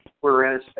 Whereas